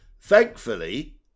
thankfully